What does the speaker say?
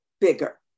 bigger